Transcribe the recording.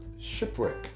shipwreck